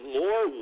more